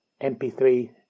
MP3